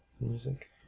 music